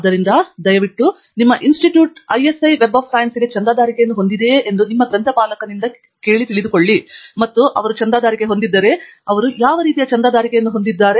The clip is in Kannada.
ಆದ್ದರಿಂದ ದಯವಿಟ್ಟು ನಿಮ್ಮ ಇನ್ಸ್ಟಿಟ್ಯೂಟ್ ISI ವೆಬ್ ಸೈನ್ಸ್ಗೆ ಚಂದಾದಾರಿಕೆಯನ್ನು ಹೊಂದಿದೆಯೇ ಎಂದು ನಿಮ್ಮ ಗ್ರಂಥಪಾಲಕನಿಗೆ ಹೇಳಿ ಮತ್ತು ಅವರು ಮಾಡಿದರೆ ಅವರು ಯಾವ ರೀತಿಯ ಚಂದಾದಾರಿಕೆಯನ್ನು ಹೊಂದಿದ್ದಾರೆ